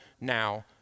now